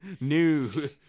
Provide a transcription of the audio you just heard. New